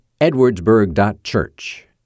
edwardsburg.church